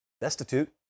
Destitute